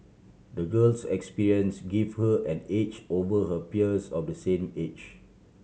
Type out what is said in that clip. the girl's experience gave her an edge over her peers of the same age